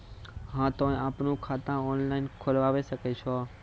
हाँ तोय आपनो खाता ऑनलाइन खोलावे सकै छौ?